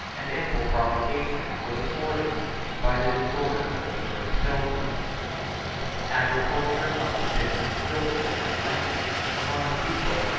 and ample provocation was afforded by the disorders of the first pilgrims agriculture must have been unskilful and languid among a people,